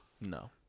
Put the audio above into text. No